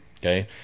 okay